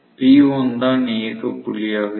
P1 தான் இயக்க புள்ளியாக இருக்கும்